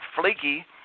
flaky